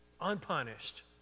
unpunished